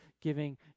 giving